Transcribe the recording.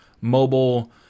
mobile